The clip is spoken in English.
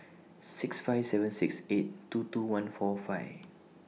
six five seven six eight two two one four five